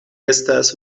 estas